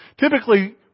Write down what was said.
Typically